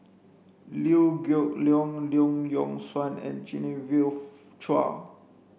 Liew Geok Leong Long Yock Suan and Genevieve Chua